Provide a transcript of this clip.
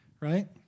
right